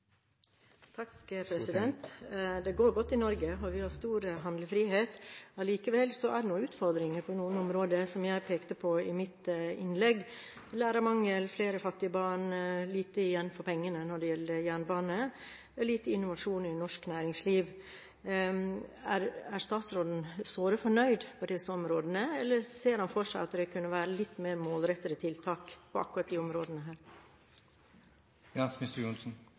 det utfordringer på noen områder, som jeg pekte på i mitt innlegg: lærermangel, flere fattige barn, lite igjen for pengene når det gjelder jernbane og lite innovasjon i norsk næringsliv. Er statsråden såre fornøyd med disse områdene, eller ser han for seg at det kunne vært litt mer målrettede tiltak på akkurat disse områdene?